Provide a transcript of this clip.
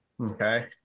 okay